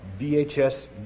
VHS